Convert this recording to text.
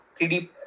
3d